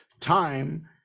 time